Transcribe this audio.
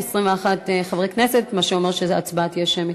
21 חברי כנסת, מה שזה אומר שההצבעה תהיה שמית.